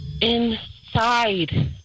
inside